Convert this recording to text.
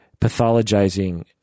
pathologizing